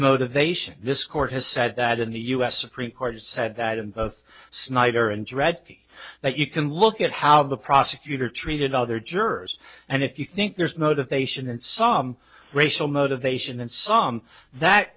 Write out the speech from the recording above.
motivation this court has said that in the u s supreme court said that in both snyder and dread that you can look at how the prosecutor treated other jurors and if you think there's motivation and some racial motivation in some that